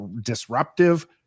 disruptive